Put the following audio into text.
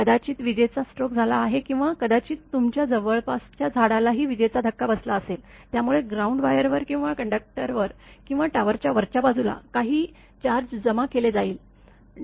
कदाचित विजेचा स्ट्रोक झाला आहे किंवा कदाचित तुमच्या जवळपासच्या झाडालाही विजेचा धक्का बसला असेल यामुळे ग्राउंड वायरवर किंवा कंडक्टरवर किंवा टॉवरच्या वरच्या बाजूला काही चार्ज जमा केले जाईल